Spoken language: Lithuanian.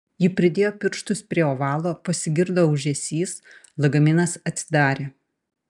ji pridėjo pirštus prie ovalo pasigirdo ūžesys lagaminas atsidarė